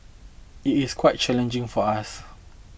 it is quite challenging for us